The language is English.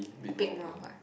big mouth what